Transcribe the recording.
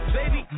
baby